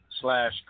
slash